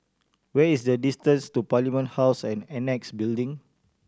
what is the distance to Parliament House and Annexe Building